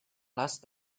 last